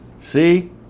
See